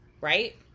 right